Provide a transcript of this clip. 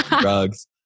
Drugs